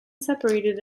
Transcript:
separated